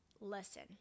Listen